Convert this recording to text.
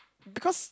because